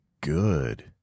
good